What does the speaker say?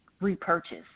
repurchase